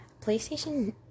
playstation